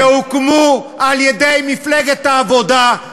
שהוקמו על-ידי מפלגת העבודה,